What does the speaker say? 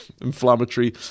Inflammatory